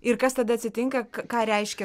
ir kas tada atsitinka ką reiškia